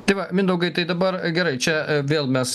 tai va mindaugai tai dabar gerai čia vėl mes